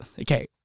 okay